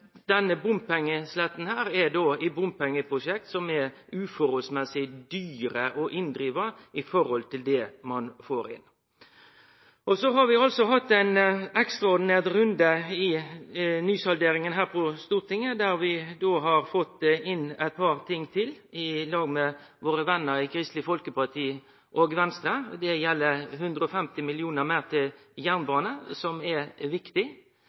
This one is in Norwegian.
i bompengeprosjekt som er etter måten dyre å drive inn i forhold til det ein får inn. Vi har hatt ein ekstraordinær runde i nysalderinga her på Stortinget, der vi har fått inn eit par ting til i lag med våre venner i Kristeleg Folkeparti og Venstre. Dette gjeld 150 mill. kr meir til jernbane, som er viktig.